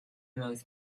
most